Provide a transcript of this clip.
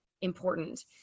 important